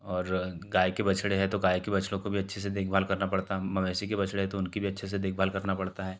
और गाय के बछड़े हैं तो गाय के बछड़ों को भी अच्छे से देखभाल करना पड़ता है मवेशी के बछड़े हैं तो उनकी भी अच्छे से देखभाल करना पड़ता है